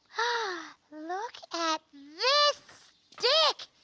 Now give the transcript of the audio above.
ah look at this stick!